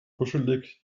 kuschelig